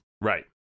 Right